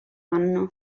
anno